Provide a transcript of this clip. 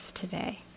today